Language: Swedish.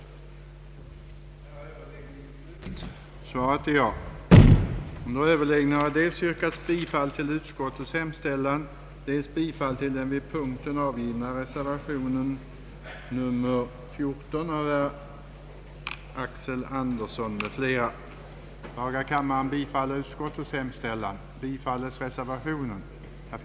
2. att till Arbetsmedicinska institutet för budgetåret 1970/71 anvisa ett förslagsanslag av 7800 000 kronor.